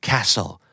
Castle